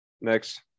Next